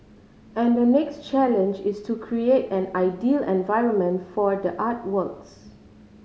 and the next challenge is to create an ideal environment for the artworks